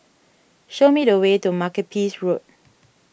show me the way to Makepeace Road